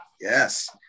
yes